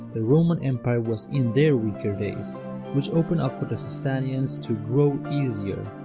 the roman empire was in their weaker days which opened up for the sasanians to grow easier.